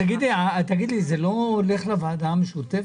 אבל תגידי, זה לא הולך לוועדה המשותפת?